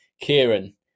Kieran